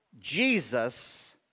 Jesus